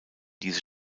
diese